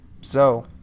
So